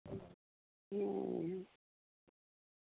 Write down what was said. ᱦᱮᱸᱻ